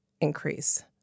increase